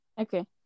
Okay